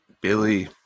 Billy